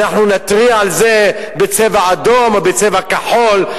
אנחנו נתריע על זה בצבע אדום או בצבע כחול,